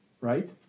right